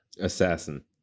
Assassin